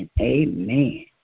amen